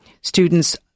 students